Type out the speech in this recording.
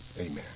Amen